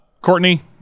Courtney